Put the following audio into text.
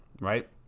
right